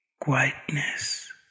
quietness